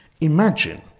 Imagine